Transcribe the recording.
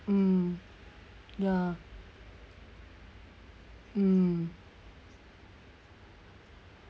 mm ya mm